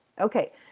Okay